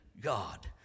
God